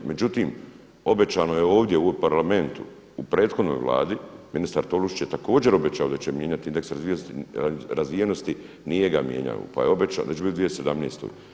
Međutim, obećano je ovdje u Parlamentu, u prethodnoj Vladi, ministar Tolušić je također obećao da će mijenjati indeks razvijenosti, nije ga mijenjao, pa je obećao da će biti u 2017.